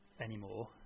anymore